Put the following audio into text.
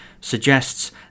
suggests